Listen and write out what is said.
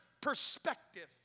perspective